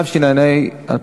בכנסת הבאה.